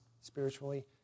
spiritually